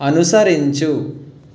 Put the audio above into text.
అనుసరించు